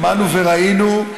שמענו וראינו.